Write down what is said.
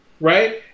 Right